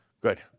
Good